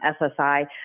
SSI